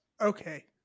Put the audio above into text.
Okay